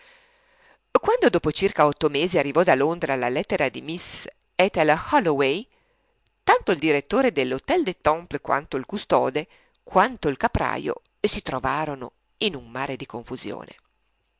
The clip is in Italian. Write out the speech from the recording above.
quando dopo circa otto mesi arrivò da londra la lettera di miss ethel holloway tanto il direttore dell'htel des temples quanto il custode quanto il caprajo si trovarono in un mare di confusione